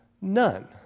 None